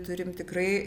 turim tikrai